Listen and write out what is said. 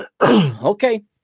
Okay